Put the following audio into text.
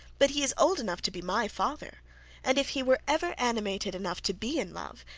but he is old enough to be my father and if he were ever animated enough to be in love,